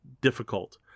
difficult